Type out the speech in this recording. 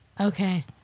Okay